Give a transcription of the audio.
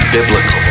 Biblical